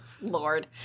Lord